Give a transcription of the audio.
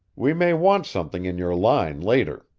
we may want something in your line later.